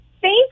thank